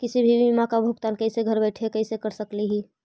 किसी भी बीमा का भुगतान कैसे घर बैठे कैसे कर स्कली ही?